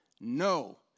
No